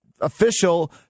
official